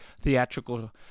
theatrical